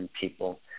people